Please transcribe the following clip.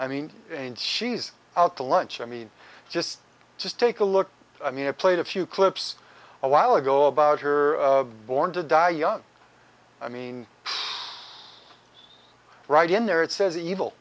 i mean and she's out to lunch i mean just just take a look i mean i played a few clips awhile ago about her born to die young i mean right in there it says evil